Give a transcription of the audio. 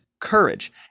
courage